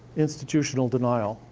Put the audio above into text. institutional denial.